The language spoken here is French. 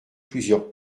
plusieurs